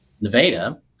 Nevada